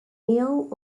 miegħu